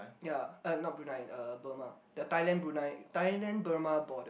yea uh not Brunei uh Burma the Thailand Brunei Thailand Burma border